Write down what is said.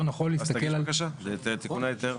נכון, אז תגיש בקשה לתיקוני היתר.